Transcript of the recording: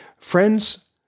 Friends